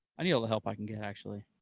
i need all the help i can get, actually.